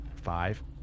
Five